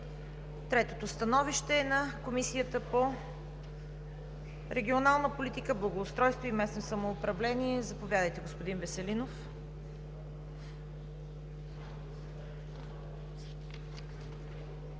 Третото становище е на Комисията по регионална политика, благоустройство и местно самоуправление. Заповядайте, господин Веселинов.